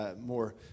more